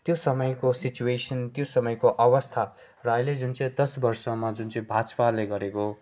त्यो समयको सिच्युवेसन त्यो समयको अवस्था र अहिले जुन चाहिँ दस वर्षमा जुन चाहिँ भाजपाले गरेको